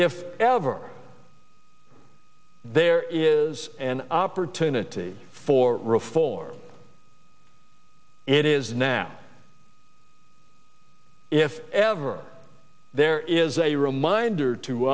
if ever there is an opportunity for reform it is now if ever there is a reminder to